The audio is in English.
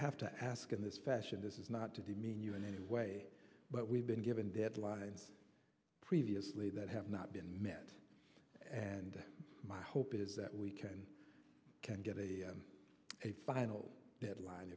have to ask in this fashion this is not to demean you in any way but we've been given deadlines previously that have not been met and my hope is that we can get a a final deadline